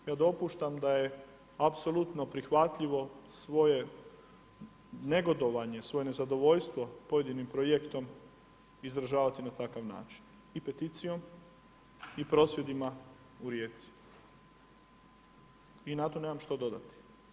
Ja dopuštam da je apsolutno prihvatljivo svoje negodovanje, svoje nezadovoljstvo pojedinim projektom izražavati na takav način, i peticijom, i prosvjedima u Rijeci i na to nemam što dodati.